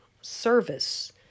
service